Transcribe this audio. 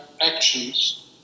actions